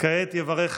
כעת יברך